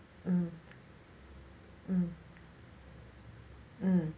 mm mm mm